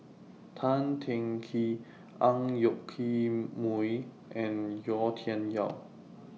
Tan Teng Kee Ang Yoke Mooi and Yau Tian Yau